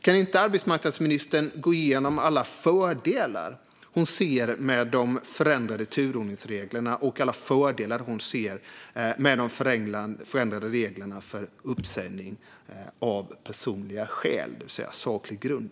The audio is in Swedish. Kan arbetsmarknadsministern gå igenom alla fördelar hon ser med de förändrade turordningsreglerna och alla fördelar hon ser med de förändrade reglerna för uppsägning av personliga skäl, det vill säga saklig grund?